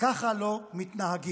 ככה לא מתנהגים.